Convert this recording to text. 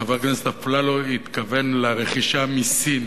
חבר הכנסת אפללו התכוון לרכישה מסין,